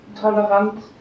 tolerant